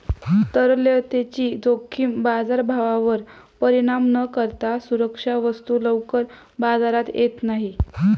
तरलतेची जोखीम बाजारभावावर परिणाम न करता सुरक्षा वस्तू लवकर बाजारात येत नाही